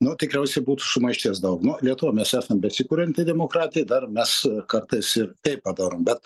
nu tikriausiai būtų sumaišties daug nu lietuva mes esam besikurianti demokratija dar mes kartais ir taip padarom bet